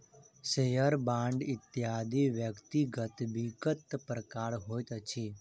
share, bond इत्यादि व्यक्तिगत वित्तक प्रकार होइत अछि